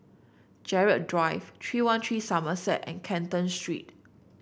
Gerald Drive three one three Somerset and Canton Street